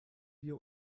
wir